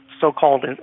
so-called